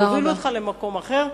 יובילו אותך למקום אחר.